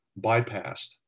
bypassed